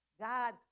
God